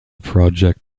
project